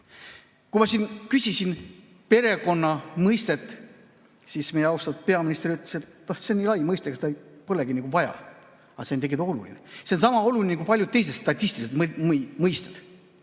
Kui ma küsisin perekonna mõiste kohta, siis meie austatud peaminister ütles, et see on nii lai mõiste, seda polegi nagu vaja. Aga see on tegelikult oluline. See on sama oluline kui paljud teised statistilised mõisted.